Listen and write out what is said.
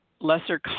lesser